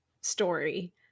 story